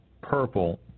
purple